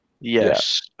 Yes